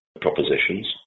propositions